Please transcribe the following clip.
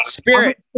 Spirit